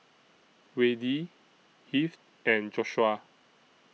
Wayde Heath and Joshua